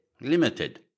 limited